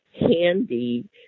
handy